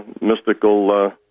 mystical